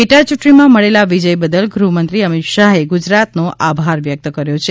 પેટા ચૂંટણીમાં મળેલા વિજય બદલ ગૃહમંત્રી અમિત શાહે ગુજરાત જનતાનો આભાર વ્યક્ત કર્યો છે